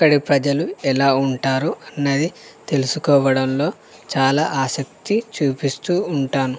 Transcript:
అక్కడి ప్రజలు ఎలా ఉంటారు అన్నది తెలుసుకోవడంలో చాలా ఆసక్తి చూపిస్తూ ఉంటాను